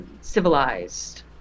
civilized